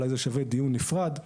אולי זה שווה דיון נפרד,